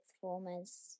formers